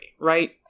right